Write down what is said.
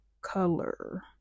color